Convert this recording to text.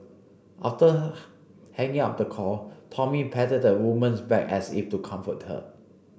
after hanging up the call Tommy patted the woman's back as if to comfort her